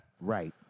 right